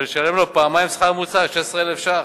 ולשלם לו פעמיים השכר הממוצע, 16,000 ש"ח,